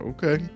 Okay